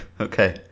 Okay